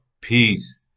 Peace